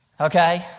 Okay